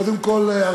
קודם כול,